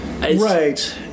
Right